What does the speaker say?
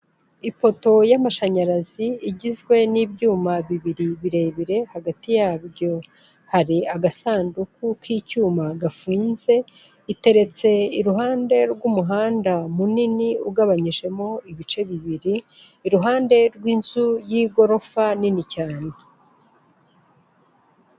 Ipooto y'amashanyarazi igizwe n'ibyuma bibiri birebire hagati yabyo hari agasanduku k'icyuma gafunze, iteretse iruhande rw'umuhanda munini ugabanyijemo ibice bibiri, iruhande rw'inzu y'igorofa nini cyane.